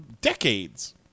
decades